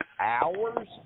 hours